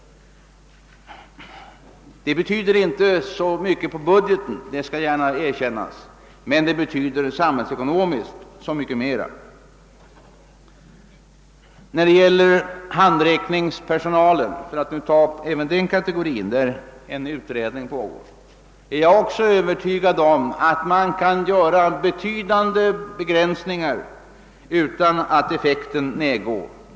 Detta betyder inte så mycket på budgeten — det skall gärna erkännas — men det betyder så mycket mer för samhällsekonomin. När det gäller handräckningspersonalen — för att nu ta upp även den kategorin, där en utredning pågår — är jag också övertygad om att det går att göra betydande begränsningar utan att effekten minskar.